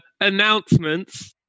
announcements